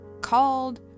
called